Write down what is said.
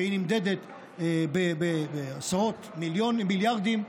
שהיא נמדדת בעשרות מיליארדים.